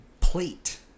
plate